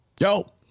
Yo